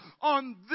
on